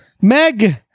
Meg